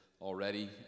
already